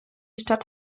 stadt